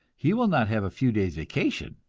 he will not have a few days' vacation,